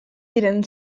diren